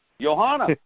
Johanna